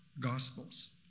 Gospels